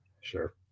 Sure